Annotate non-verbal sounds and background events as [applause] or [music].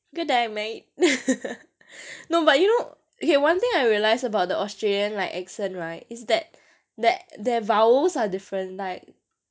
good day mate [laughs] no but you know okay one thing I realised about the australian like accent right is that that their vowels are different like